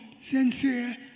sincere